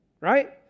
right